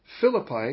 philippi